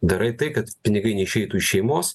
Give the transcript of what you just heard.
darai tai kad pinigai neišeitų iš šeimos